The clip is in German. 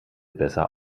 besser